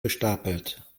gestapelt